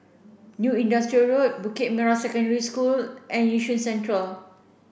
New Industrial Road Bukit Merah Secondary School and Yishun Central